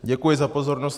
Děkuji za pozornost.